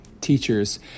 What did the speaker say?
teachers